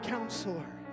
Counselor